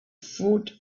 food